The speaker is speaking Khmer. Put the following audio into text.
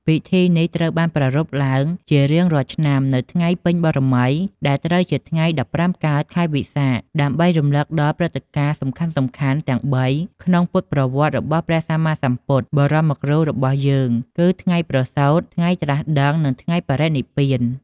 ពិធីនេះត្រូវបានប្រារព្ធឡើងជារៀងរាល់ឆ្នាំនៅថ្ងៃពេញបូណ៌មី ដែលត្រូវជាថ្ងៃ ១៥ កើត ខែពិសាខ ដើម្បីរំលឹកដល់ព្រឹត្តិការណ៍សំខាន់ៗទាំងបីក្នុងពុទ្ធប្រវត្តិរបស់ព្រះសម្មាសម្ពុទ្ធបរមគ្រូរបស់យើង គឺ៖ ថ្ងៃប្រសូត ថ្ងៃត្រាស់ដឹង និងថ្ងៃបរិនិព្វាន។